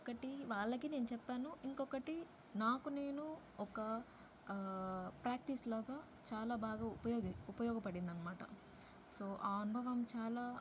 ఒకటి వాళ్ళకి నేను చెప్పాను ఇంకొకటి నాకు నేను ఒక ప్రాక్టీస్ లాగా చాలా బాగా ఉపయోగ ఉపయోగపడింది అనమాట సొ ఆ అనుభవం చాలా